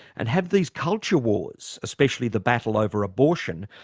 and have these culture wars, especially the battle over abortion,